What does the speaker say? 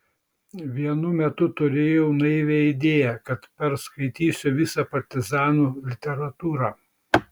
vienu metu turėjau naivią idėją kad perskaitysiu visą partizanų literatūrą